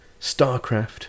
Starcraft